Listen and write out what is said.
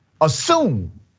assume